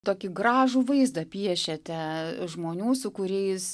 tokį gražų vaizdą piešiate žmonių su kuriais